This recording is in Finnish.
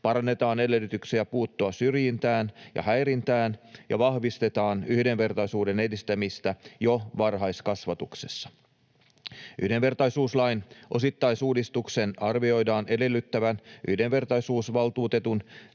parannetaan edellytyksiä puuttua syrjintään ja häirintään ja vahvistetaan yhdenvertaisuuden edistämistä jo varhaiskasvatuksessa. Yhdenvertaisuuslain osittaisuudistuksen arvioidaan edellyttävän yhdenvertaisuusvaltuutetun